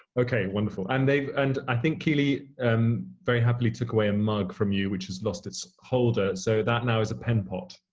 okay, wonderful, um and i think keeley um very happily took away a mug from you which has lost its holder, so that now is a pen pot.